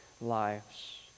lives